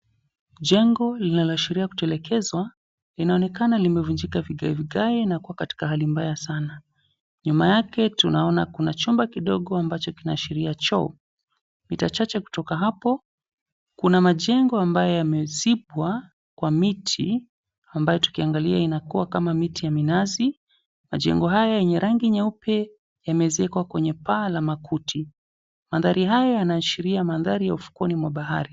Jengo linaloashiria kutelekezwa linaonekana limevunjika vigaevigae na kuwa katika hali mbaya sana, nyuma yake tunaona kuna chumba kidogo ambacho kinaashiria choo, mita chache kutoka hapo kuna majengo ambayo yamezibwa kwa miti, ambayo tukiangalia inakuwa kama miti ya minazi. Majengo haya yenye rangi nyeupe yameezekwa kwenye paa la makuti, maandhari hayo yanaashiria maandhari ya ufukweni mwa bahari.